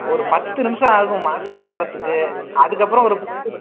ஒரு பத்து நிமிடம் ஆகும் மாஸ்ட்ரு வர்றதுக்கு அதுக்கப்புறம் ஒரு